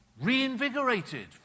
reinvigorated